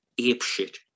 apeshit